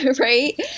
right